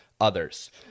others